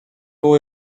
było